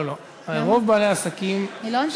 לא לא, רוב בעלי העסקים, היא לא ענתה?